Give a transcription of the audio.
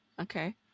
Okay